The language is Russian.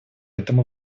этому